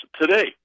today